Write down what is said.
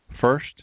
first